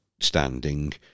standing